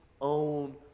own